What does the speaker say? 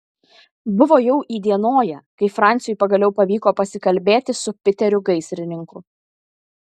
buvo jau įdienoję kai franciui pagaliau pavyko pasikalbėti su piteriu gaisrininku